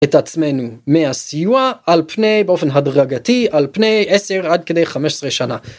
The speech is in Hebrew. את עצמנו מהסיוע על פני באופן הדרגתי על פני 10 עד כדי 15 שנה.